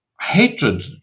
hatred